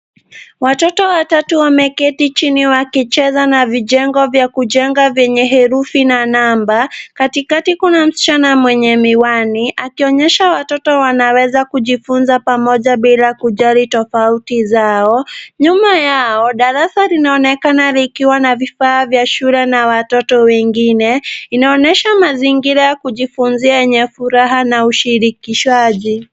Watoto watatu wameketi chini wakicheza na vijengo vya kujenga vyenye herufi na namba. Katikati kuna msichana mwenye miwani, akionyesha watoto wanaweza kujifunza pamoja bila kujali tofauti zao. Nyuma yao, darasa linaonekana likiwa na vifaa vya shule na watoto wengine. Inaonyesha mazingira ya kujifunzia yenye furaha na ushirikishaji.